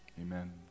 amen